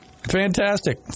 Fantastic